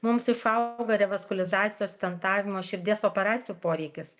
mums išauga revaskulizacijos stentavimo širdies operacijų poreikis